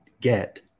get